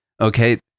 okay